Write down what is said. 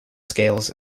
scales